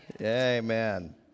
Amen